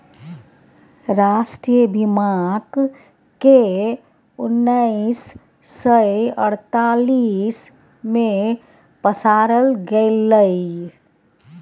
राष्ट्रीय बीमाक केँ उन्नैस सय अड़तालीस मे पसारल गेलै